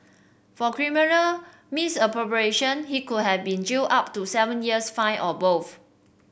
for criminal misappropriation he could have been jailed up to seven years fined or both